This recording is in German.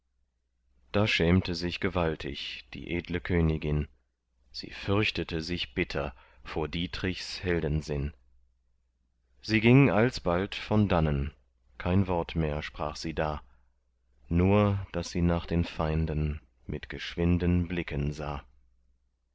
da schämte sich gewaltig die edle königin sie fürchtete sich bitter vor dietrichs heldensinn sie ging alsbald von dannen kein wort mehr sprach sie da nur daß sie nach den feinden mit geschwinden blicken sah